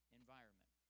environment